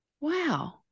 Wow